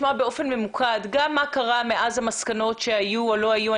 באופן ממוקד גם מה קרה מאז המסקנות שהיו או לא היו.